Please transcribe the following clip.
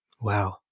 Wow